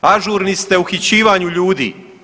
Ažurni ste u uhićivanju ljudi.